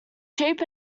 cheap